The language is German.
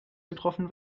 getroffen